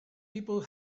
people